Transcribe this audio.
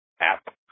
app